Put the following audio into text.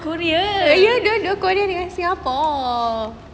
korea